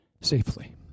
safely